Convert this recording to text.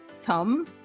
Tom